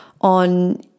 on